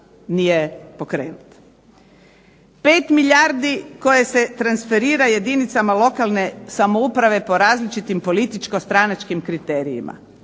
nije pokrenut. 5 milijardi koje se transferira jedinicama lokalne samouprave po različitim političko-stranačkim kriterijima.